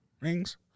Rings